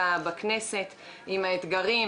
האתגרים,